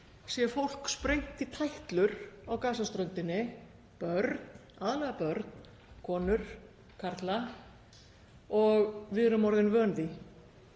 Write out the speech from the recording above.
séð fólk sprengt í tætlur á Gaza-ströndinni, börn, aðallega börn, konur, karla, og við erum orðin vön